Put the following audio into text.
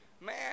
man